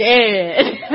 dead